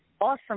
Awesome